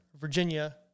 Virginia